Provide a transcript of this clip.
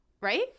right